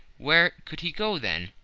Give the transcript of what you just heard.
where could he go, then?